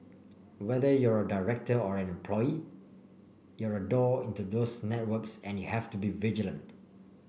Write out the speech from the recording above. whether you're a director or an employee you're a door into those networks and you have to be vigilant